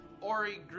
Ori